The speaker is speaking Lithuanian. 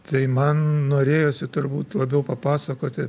tai man norėjosi turbūt labiau papasakoti